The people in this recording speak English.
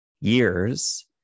years